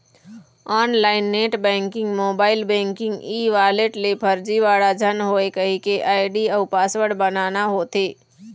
online net banking, mobile banking, e wallet ले फरजीवाड़ा झन होए कहिके आईडी अउ पासवर्ड बनाना होथे